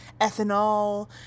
ethanol